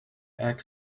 act